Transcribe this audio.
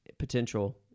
Potential